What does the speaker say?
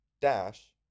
dash